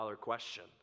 question